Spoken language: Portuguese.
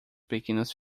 pequenas